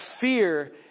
fear